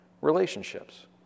relationships